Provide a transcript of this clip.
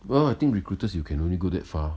well I think recruiters you can only go that far